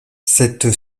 cette